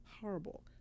horrible